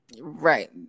Right